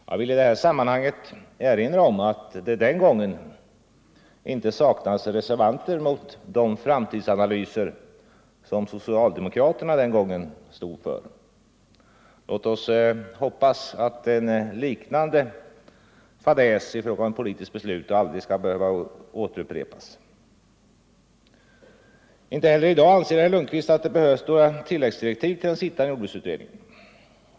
Jag vill i det här sammanhanget erinra om att det den gången icke saknades reservanter mot de framtidsanalyser som socialdemokraterna då stod för. Låt oss hoppas att en liknande fadäs i fråga om politiskt beslut aldrig skall behöva upprepas. Inte heller i dag anser herr Lundkvist att det behövs några tilläggsdirektiv till den sittande jordbruksutredningen.